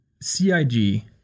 CIG